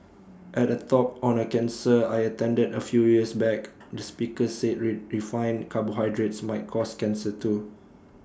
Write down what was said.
at A talk on A cancer I attended A few years back the speaker said ray refined carbohydrates might cause cancer too